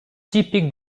typique